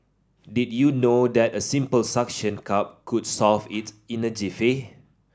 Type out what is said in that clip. did you know that a simple suction cup could solve it in a jiffy